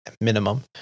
minimum